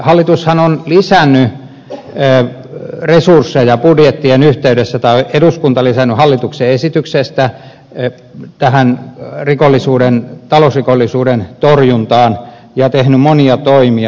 hallitushan on lisännyt resursseja budjettien yhteydessä tai eduskunta on lisännyt hallituksen esityksestä tähän talousrikollisuuden torjuntaan ja tehnyt monia toimia